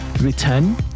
return